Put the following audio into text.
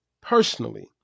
personally